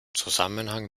zusammenhang